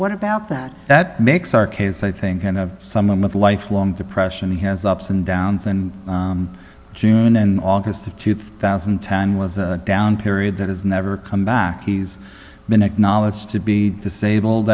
what about that that makes our case i think kind of someone with lifelong depression he has ups and downs and june and august of two thousand and ten was a down period that has never come back he's been acknowledged to be disabled